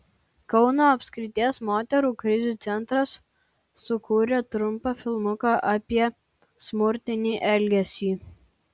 kauno apskrities moterų krizių centras sukūrė trumpą filmuką apie smurtinį elgesį